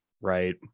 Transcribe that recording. Right